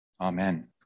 Amen